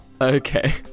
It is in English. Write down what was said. Okay